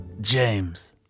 James